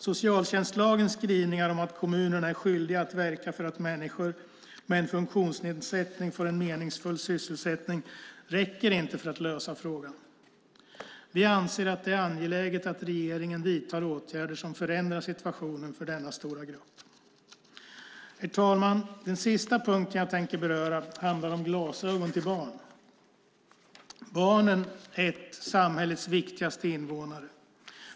Socialtjänstlagens skrivningar om att kommunerna är skyldiga att verka för att människor med en funktionsnedsättning får en meningsfull sysselsättning räcker inte för att lösa frågan. Vi anser att det är angeläget att regeringen vidtar åtgärder som förändrar situationen för denna stora grupp. Herr talman! Den sista punkten jag tänkte beröra handlar om glasögon till barn. Barnen är ett samhälles viktigaste invånare.